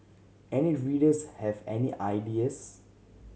any readers have any ideas